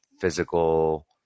physical